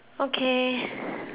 okay